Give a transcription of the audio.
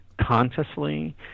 consciously